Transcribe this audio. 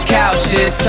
couches